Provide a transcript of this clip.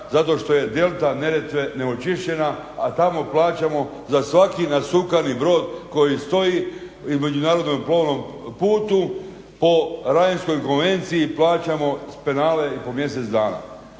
zato što je delta Neretve neočišćena a tamo plaćamo za svaki nasukani brod koji stoji između međunarodnog plovnom putu po Rajnskoj konvenciji plaćamo penale i po mjesec dana.